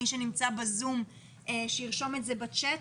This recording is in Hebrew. מי שנמצא בזום, שירשום בצ'ט.